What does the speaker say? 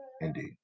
Indeed